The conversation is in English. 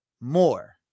more